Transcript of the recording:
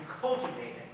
cultivating